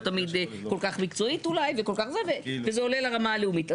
תמיד כל כך מקצועית אולי וכל כך זה וזה עולה לרמה הלאומית.